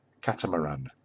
catamaran